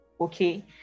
okay